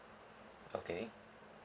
okay